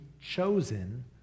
chosen